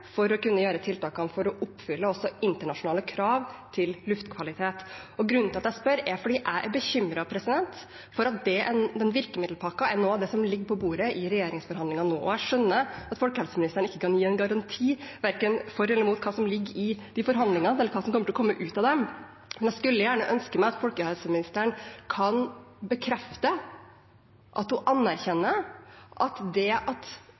for å kunne gjøre tiltakene for å oppfylle også internasjonale krav til luftkvalitet. Grunnen til at jeg spør, er at jeg er bekymret for at den virkemiddelpakken er noe av det som ligger på bordet i regjeringsforhandlingene nå. Jeg skjønner at folkehelseministeren ikke kan gi en garanti verken for eller mot det som ligger i de forhandlingene, eller hva som kommer til å komme ut av dem. Men jeg skulle gjerne ønsket meg at folkehelseministeren kan bekrefte at hun anerkjenner at det at